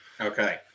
Okay